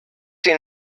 she